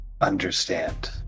understand